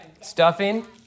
Stuffing